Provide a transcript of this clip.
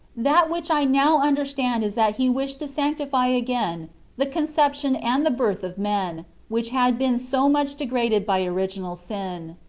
that which i now understand is that he wished to sanctify again the conception and the birth of men, which had been so much degraded by original sin.